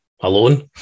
alone